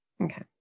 Okay